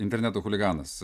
interneto chuliganas